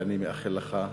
ואני מאחל לך הצלחה,